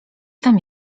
tam